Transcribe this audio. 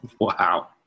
Wow